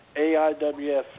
AIWF